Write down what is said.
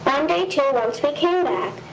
on day two, once we came back,